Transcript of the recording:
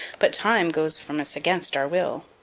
but time goes from us against our will.